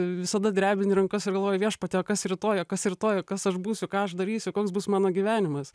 visada drebini rankas ir galvoji viešpatie o kas rytoj kas rytoj o kas aš būsiu ką aš darysiu koks bus mano gyvenimas